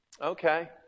Okay